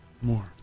more